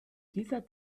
dieser